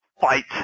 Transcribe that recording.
fight